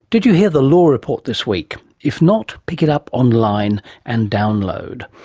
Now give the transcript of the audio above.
did you hear the law report this week? if not, pick it up online and download.